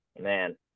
man